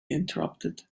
interrupted